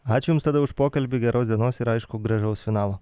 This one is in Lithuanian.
ačiū jums tada už pokalbį geros dienos ir aišku gražaus finalo